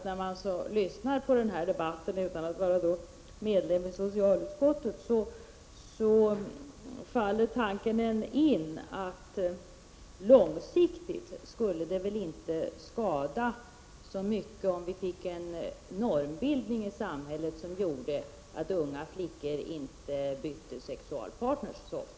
När jag lyssnar på denna debatt, utan att vara medlem i socialutskottet, kan det inte hjälpas att tanken faller mig in att det långsiktigt inte skulle skada så mycket om vi fick en normbildning i samhället som gjorde att unga flickor inte bytte sexualpartner så ofta.